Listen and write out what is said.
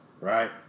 right